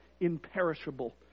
imperishable